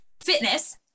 fitness